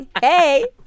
hey